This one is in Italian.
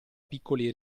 piccoli